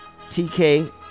TK